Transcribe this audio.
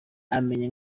amenya